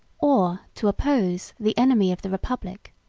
or to oppose, the enemy of the republic.